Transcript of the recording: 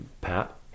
Pat